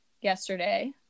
yesterday